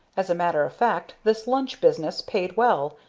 as a matter of fact this lunch business paid well,